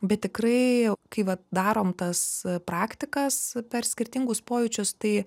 bet tikrai kai vat darom tas praktikas per skirtingus pojūčius tai